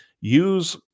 Use